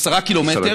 עשרה קילומטר.